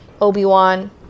Obi-Wan